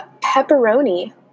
Pepperoni